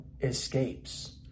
escapes